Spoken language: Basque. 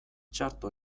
txarto